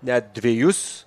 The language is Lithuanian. net dvejus